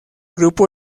grupo